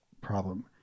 problem